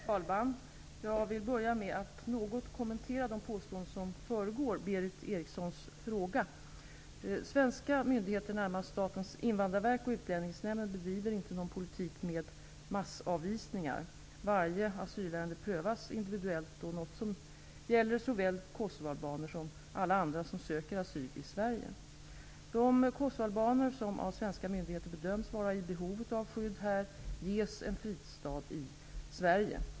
Fru talman! Jag vill börja med att något kommentera de påståenden som föregår Berith Erikssons fråga. Svenska myndigheter, närmast Statens invandrarverk och Utlänningsnämnden, bedriver inte någon politik med ''massavvisningar''. Varje asylärende prövas individuellt, något som gäller såväl kosovoalbaner som alla andra som söker asyl i Sverige. De kosovoalbaner som av svenska myndigheter bedöms vara i behov av skydd här ges en fristad i Sverige.